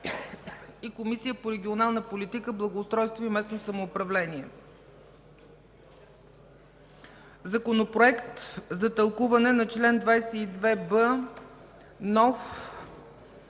и Комисията по регионална политика, благоустройство и местно самоуправление. Законопроект за тълкуване на чл. 22б нов,